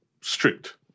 strict